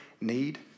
need